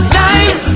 time